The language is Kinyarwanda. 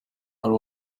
hari